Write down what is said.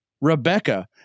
Rebecca